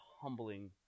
humbling